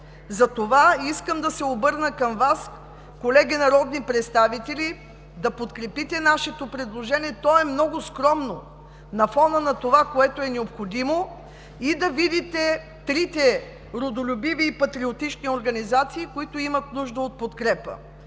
Затова искам да се обърна към Вас, колеги народни представители, да подкрепите нашето предложение – то е много скромно на фона на това, което е необходимо, и да видите трите родолюбиви и патриотични организации, които имат нужда от подкрепа.